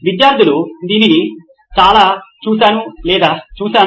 విద్యార్థులు దీన్ని నేను చూశాను లేదా చూశాను